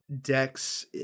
decks